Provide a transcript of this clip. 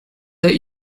that